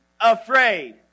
afraid